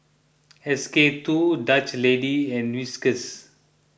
S K two Dutch Lady and Whiskas